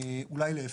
אולי להיפך.